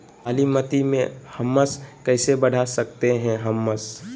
कालीमती में हमस कैसे बढ़ा सकते हैं हमस?